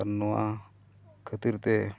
ᱱᱚᱣᱟ ᱠᱷᱟᱹᱛᱤᱨᱛᱮ